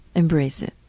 embrace it,